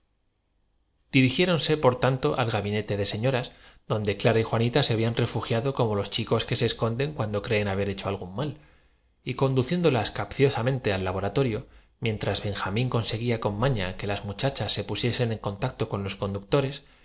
dirigiéronse por lo tanto al gabinete de señoras y qué van á hacerme á mí los patricios pues donde clara y juanita se habían refugiado como los qué yo no vengo de liberales mi padre fué furriel chicos que se esconden cuando creen haber hecho de voluntarios algún mal y conduciéndolas capciosamente al labora oiga usted nuestros ruegos torio mientras benjamín conseguía con maña que las nunca muchachas se pusiesen en contacto con los conducto si